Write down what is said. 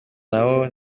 nabo